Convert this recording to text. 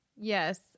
Yes